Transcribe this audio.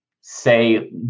say